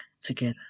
together